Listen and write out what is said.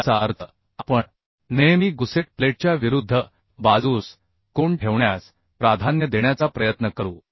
याचा अर्थ आपण नेहमी गुसेट प्लेटच्या विरुद्ध बाजूस कोन ठेवण्यास प्राधान्य देण्याचा प्रयत्न करू